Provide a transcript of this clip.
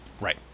Right